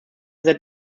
that